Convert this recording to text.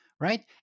right